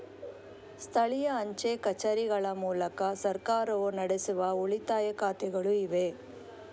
ಸ್ಥಳೀಯ ಅಂಚೆ ಕಚೇರಿಗಳ ಮೂಲಕ ಸರ್ಕಾರವು ನಡೆಸುವ ಉಳಿತಾಯ ಖಾತೆಗಳು ಇವೆ